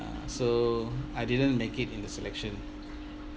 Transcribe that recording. uh so I didn't make it in the selection